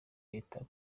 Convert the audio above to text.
leta